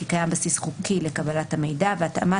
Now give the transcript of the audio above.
כי קיים בסיס חוקי לקבלת המידע והתאמת